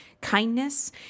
kindness